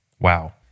wow